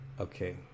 Okay